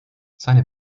seine